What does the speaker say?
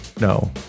No